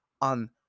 on